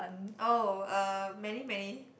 oh uh many many